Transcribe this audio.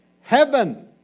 heaven